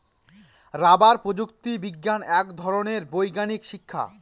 rubber প্রযুক্তি বিজ্ঞান এক ধরনের বৈজ্ঞানিক শিক্ষা